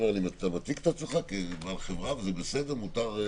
ואתה מציג את עצמך כבעל חברה וזה בסדר ומותר: